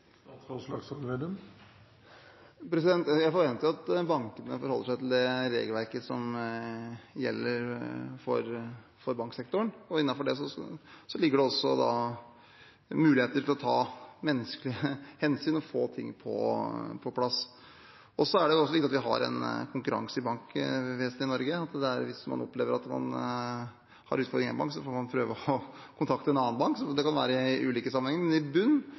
Jeg forventer at bankene forholder seg til det regelverket som gjelder for banksektoren, og innenfor det ligger det også muligheter for å ta menneskelige hensyn og få ting på plass. Det er også slik at vi har konkurranse i bankvesenet i Norge, så hvis man opplever at man har utfordringer i én bank, får man prøve å kontakte en annen bank – det kan være i ulike sammenhenger. Men i